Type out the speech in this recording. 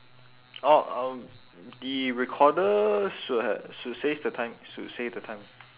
orh um the recorder should ha~ should says the time should say the time